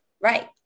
right